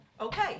Okay